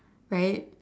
right